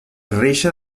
reixa